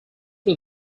was